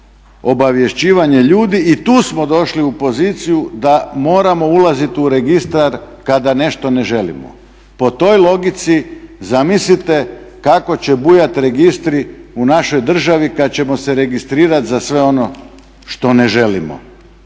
obavještavanje ljudi. I tu smo došli u poziciju da moramo ulaziti u registar kada nešto ne želimo. Po toj logici zamislite kako će bujati registri u našoj državi kad ćemo se registrirati za sve ono što ne želimo.